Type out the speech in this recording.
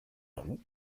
roux